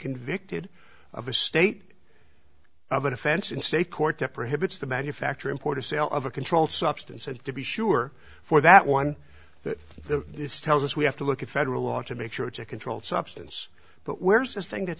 convicted of a state of an offense in state court that prohibits the manufacture import of sale of a controlled substance and to be sure for that one that the this tells us we have to look at federal law to make sure it's a controlled substance but where's this thing that